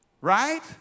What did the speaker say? Right